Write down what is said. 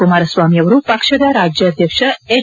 ಕುಮಾರಸ್ವಾಮಿ ಅವರು ಪಕ್ಷದ ರಾಜ್ಯಾಧ್ಯಕ್ಷ ಎಚ್